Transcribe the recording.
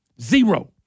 Zero